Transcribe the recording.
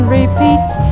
repeats